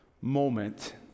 moment